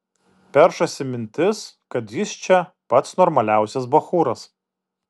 peršasi mintis kad jis čia pats normaliausias bachūras